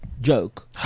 joke